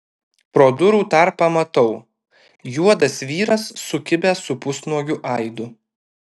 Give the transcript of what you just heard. pro durų tarpą matau juodas vyras sukibęs su pusnuogiu aidu